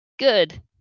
Good